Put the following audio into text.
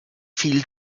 viel